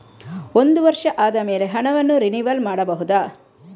ಒಂದು ವರ್ಷ ಆದಮೇಲೆ ಹಣವನ್ನು ರಿನಿವಲ್ ಮಾಡಬಹುದ?